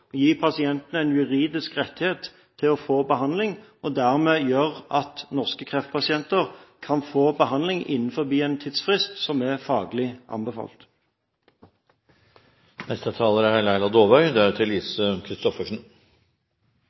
gi pasientene en juridisk rettighet til å få behandling og dermed gjøre at norske kreftpasienter kan få behandling innenfor en tidsfrist som er faglig